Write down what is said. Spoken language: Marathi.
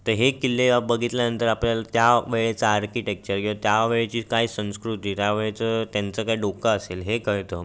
तर हे किल्ले बघितल्यानंतर आपल्याला त्या वेळेचा आर्किटेकचर किंवा त्या वेळेची काय संस्कृती त्या वेळचं त्यांचं काय डोकं असेल हे कळतं